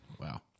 Wow